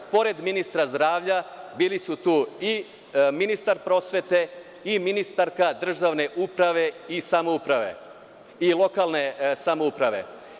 Pored ministra zdravlja bili su tu ministar prosvete i ministarka državne uprave i lokalne samouprave.